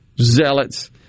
zealots